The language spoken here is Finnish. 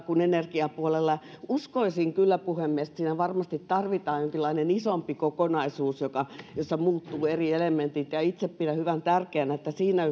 kuin energiapuolella uskoisin kyllä puhemies että siinä varmasti tarvitaan jonkinlainen isompi kokonaisuus jossa muuttuvat eri elementit ja ja itse pidän hyvin tärkeänä että siinä